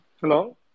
Hello